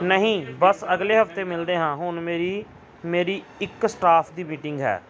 ਨਹੀਂ ਬਸ ਅਗਲੇ ਹਫ਼ਤੇ ਮਿਲਦੇ ਹਾਂ ਹੁਣ ਮੇਰੀ ਮੇਰੀ ਇਕ ਸਟਾਫ ਦੀ ਮੀਟਿੰਗ ਹੈ